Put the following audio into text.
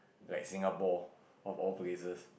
like Singapore of all places